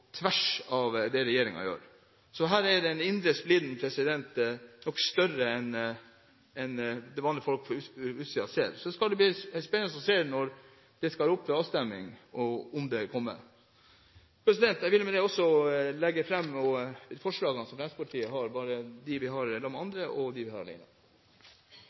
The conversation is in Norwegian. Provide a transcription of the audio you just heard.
tvers av det regjeringen gjør. Her er den indre spliden nok større enn det vanlige folk på utsiden ser. Så skal det bli spennende å se når det skal opp til avstemning – om det kommer. Jeg vil med dette sette fram Fremskrittspartiets forslag, både de vi har sammen med andre, og de vi har